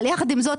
עם זאת,